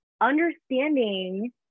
Understanding